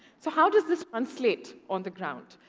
so how does this translate on the ground?